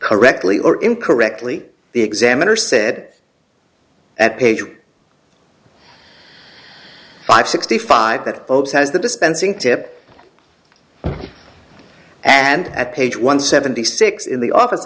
correctly or incorrectly the examiner said at page five sixty five that has the dispensing tip and at page one seventy six in the office